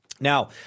Now